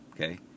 Okay